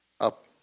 up